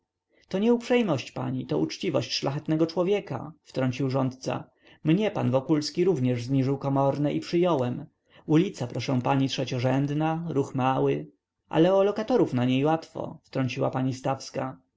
to nie uprzejmość pani to uczciwość szlachetnego człowieka wtrącił rządca mnie pan wokulski również zniżył komorne i przyjąłem ulica proszę pani trzeciorzędna ruch mały ale o lokatorów na niej łatwo wtrąciła pani stawska